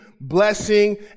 blessing